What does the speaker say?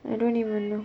I don't even know